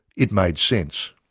it made sense.